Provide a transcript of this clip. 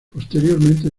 posteriormente